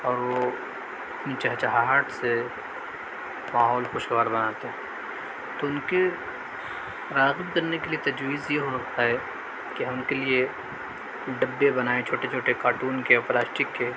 اور وہ چہچہاہٹ سے ماحول خوشگوار بناتے ہیں تو ان کے راغب کرنے کے لیے تجویز یہ ہوتا ہے کہ ہم ان کے لیے ڈبے بنائیں چھوٹے چھوٹے کارٹون کے اور پلاسٹک کے